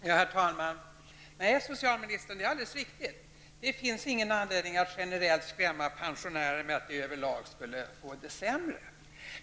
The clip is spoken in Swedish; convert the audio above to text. Herr talman! Nej, det är alldeles riktigt, socialministern, att det inte finns någon anledning att generellt skrämma pensionärer med att de över lag skulle få det sämre.